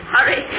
Hurry